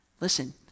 Listen